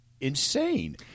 insane